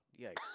Yikes